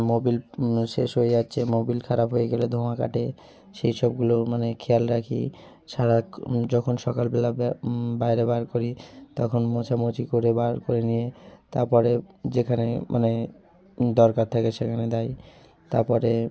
Mobil শেষ হয়ে যাচ্ছে মোবিল খারাপ হয়ে গেলে ধোঁয়া কাটে সেই সবগুলোর মানে খেয়াল রাখি সারাক্ষ যখন সকালবেলা বাইরে বার করি তখন মোছামুছি করে বার করে নিয়ে তারপরে যেখানে মানে দরকার থাকে সেখানে যাই তারপরে